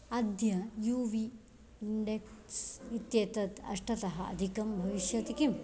अद्य U V index इत्येतत् अष्टतः अधिकं भविष्यति किम्